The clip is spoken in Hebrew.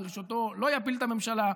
ברצותו לא יפיל את הממשלה.